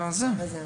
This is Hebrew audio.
העברי,